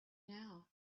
now